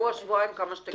שבועיים, כמה שתגידי.